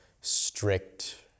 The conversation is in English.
strict